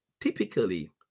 typically